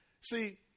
See